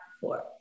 Four